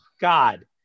God